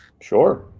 sure